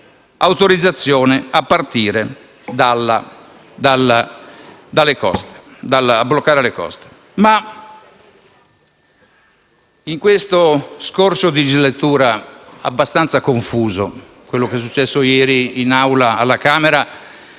dell'autorizzazione a partire dalle coste, a bloccare le coste. In questo scorcio di legislatura abbastanza confuso (quello che è successo ieri in Aula alla Camera